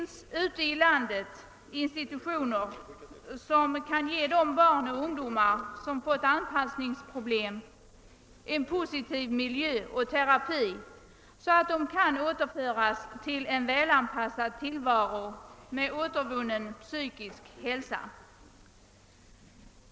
Ute i landet finns institutioner som kan ge de barn och ungdomar som fått anpassningsproblem en positiv miljö och terapi så att de kan återföras till en välanpassad tillvaro med återvunnen psykisk hälsa.